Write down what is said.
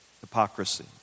hypocrisy